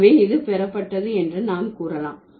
எனவே இது பெறப்பட்டது என்று நாம் கூறலாம்